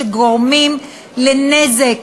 שגורמים לנזק